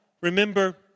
remember